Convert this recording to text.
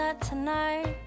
tonight